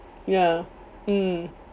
ya mm